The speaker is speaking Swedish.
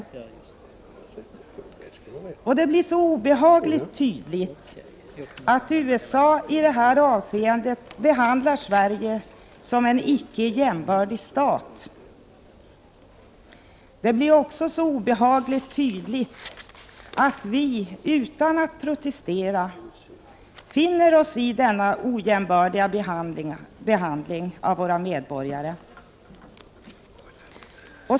Det blir så obehagligt tydligt att USA i detta avseende behandlar Sverige som en icke jämbördig stat. Det blir också så obehagligt tydligt att vi utan att protestera finner oss i denna ojämbördiga behandling av våra medborgare.